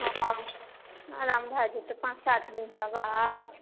हँ आराम भए जेतै पाँच सात दिनका बाद